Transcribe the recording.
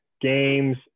games